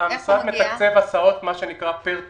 המשרד מתקצב הסעות, מה שנקרא פר תלמיד.